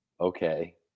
okay